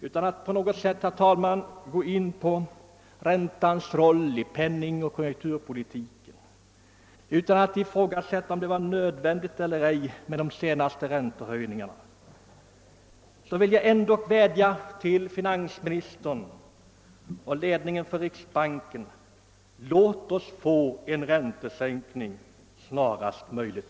Utan att på något sätt, herr talman, gå in på räntans roll i penningoch konjunkturpolitiken och utan att ifrågasätta om de senaste räntehöjningarna var nödvändiga eller ej vill jag ändock vädja till finansministern och ledningen för riksbanken: Låt oss få en räntesänkning snarast möjligt!